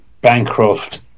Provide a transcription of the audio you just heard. Bancroft